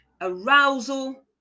arousal